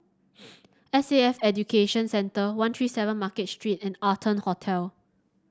S A F Education Centre One Three Seven Market Street and Arton Hotel